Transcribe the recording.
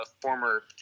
former